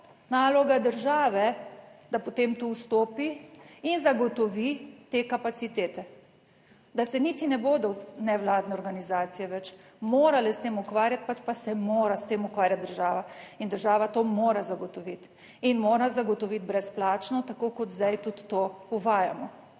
naloga države, da potem tu vstopi in zagotovi te kapacitete, da se niti ne bodo nevladne organizacije več morale s tem ukvarjati, pač pa se mora s tem ukvarjati država. In država to mora zagotoviti in mora zagotoviti brezplačno, tako kot zdaj tudi to uvajamo.